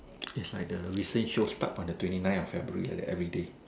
it's like the recent show stuck on the twenty nine of February like that everyday